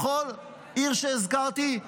בכל עיר שהזכרתי,